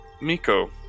Miko